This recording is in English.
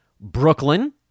Brooklyn